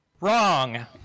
wrong